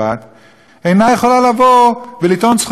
אינה יכולה לבוא ולטעון לזכויות על ארץ-ישראל,